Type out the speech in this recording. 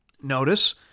Notice